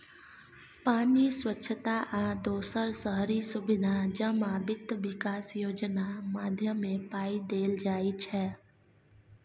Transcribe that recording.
पानि, स्वच्छता आ दोसर शहरी सुबिधा जमा बित्त बिकास योजना माध्यमे पाइ देल जाइ छै